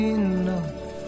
enough